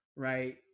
right